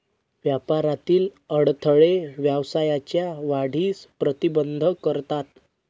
व्यापारातील अडथळे व्यवसायाच्या वाढीस प्रतिबंध करतात